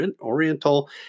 Oriental